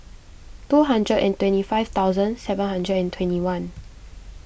two hundred and twenty five thousand seven hundred and twenty one